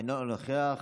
אינו נוכח.